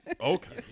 Okay